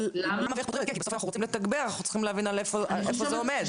למה ואיך פותרים את זה,